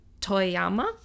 Toyama